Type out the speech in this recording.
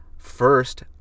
First